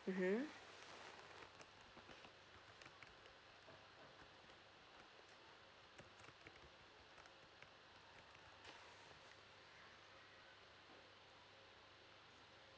mmhmm